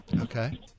Okay